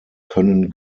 können